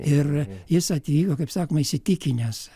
ir jis atvyko kaip sakoma įsitikinęs